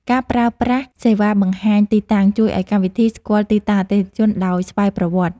ការប្រើប្រាស់សេវាបង្ហាញទីតាំង ជួយឱ្យកម្មវិធីស្គាល់ទីតាំងអតិថិជនដោយស្វ័យប្រវត្តិ។